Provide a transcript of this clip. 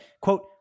quote